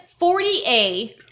40a